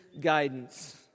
guidance